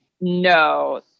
No